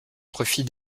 profit